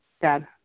Dad